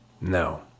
No